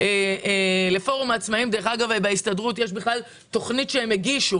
אגב, לפורום העצמאים בהסתדרות יש תכנית שהוא הגיש,